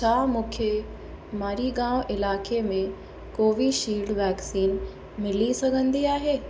छा मुखे मरिगांव इलाइक़े में कोवीशील्ड वैक्सीन मिली सघंदी आहे